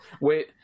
wait